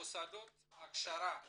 מוסדות הכשרה למורים,